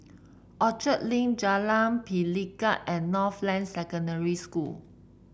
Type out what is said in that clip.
Orchard Link Jalan Pelikat and Northland Secondary School